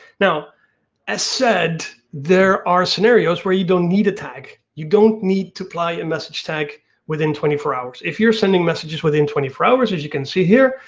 as said there are scenarios where you don't need a tag, you don't need to apply a message tag within twenty four hours. if you're sending messages within twenty four hours as you can see here,